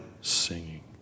singing